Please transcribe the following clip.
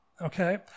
Okay